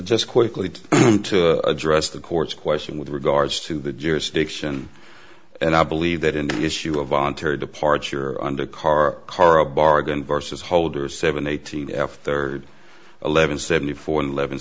just quickly to address the court's question with regards to the jurisdiction and i believe that in the issue of voluntary departure under car car a bargain versus holders seven eighteen after eleven seventy four and eleve